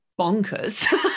bonkers